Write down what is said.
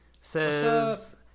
says